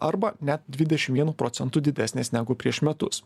arba net dvidešim vienu procentu didesnės negu prieš metus